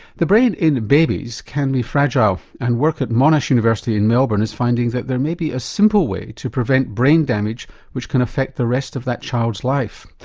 the brain in babies can be fragile and work at monash university in melbourne is finding that there may be a simple way to prevent brain damage which can affect the rest of that child's life.